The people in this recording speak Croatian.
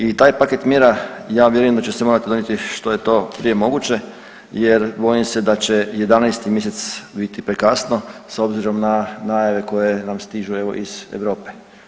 I taj paket mjera ja vjerujem da će se morati donijeti što je to prije moguće jer bojim se da će 11. mjesec biti prekasno s obzirom na najave koje nam stižu evo iz Europe.